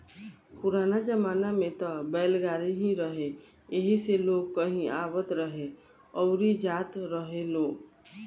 पुराना जमाना में त बैलगाड़ी ही रहे एही से लोग कहीं आवत रहे अउरी जात रहेलो